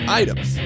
items